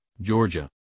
georgia